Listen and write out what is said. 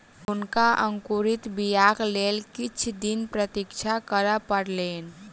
हुनका अंकुरित बीयाक लेल किछ दिन प्रतीक्षा करअ पड़लैन